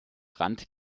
rand